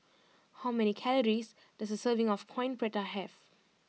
how many calories does a serving of Coin Prata have